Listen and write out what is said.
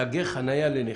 תגי חניה לנכים.